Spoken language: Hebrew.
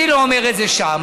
אני לא אומר את זה שם,